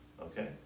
Okay